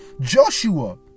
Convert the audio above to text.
Joshua